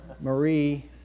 Marie